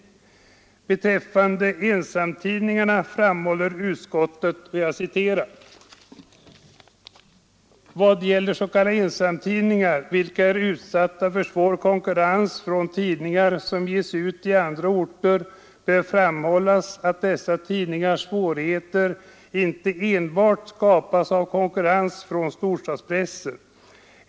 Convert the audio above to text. Beträffande ensamtidningarna framhåller utskottet: ” Vad först gäller s.k. ensamtidningar, vilka är utsatta för svår konkurrens från tidningar som ges ut på andra orter, bör framhållas att dessa tidningars svårigheter inte enbart skapas av konkurrens från storstadspressen.